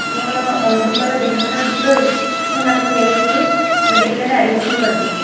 ମୋର ବନ୍ଧୁଙ୍କର ଦେହ ଖରାପ ଥିବାରୁ ମୁଁ ତାଙ୍କୁ ନେଇକି ମେଡ଼ିକାଲରେ ଆଡ଼ମିଶନ କରିଛି